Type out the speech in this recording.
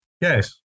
Yes